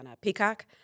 Peacock